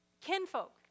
kinfolk